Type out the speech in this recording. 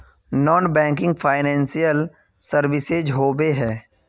Non banking financial services होबे है?